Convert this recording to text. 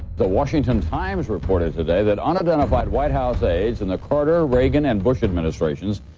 the washington times reported today that unidentified white house aides. in the carter, reagan and bush administrations.